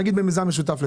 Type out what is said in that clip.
נגיד במיזם משותף?